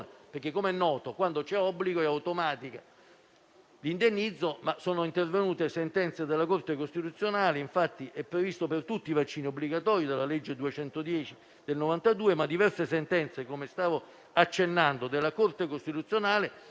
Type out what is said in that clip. Come è noto, quando c'è obbligo è automatico l'indennizzo, ma sono intervenute sentenze della Corte costituzionale: infatti è previsto per tutti i vaccini obbligatori dalla legge n. 210 del 1992, ma diverse sentenze della Corte costituzionale,